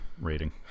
rating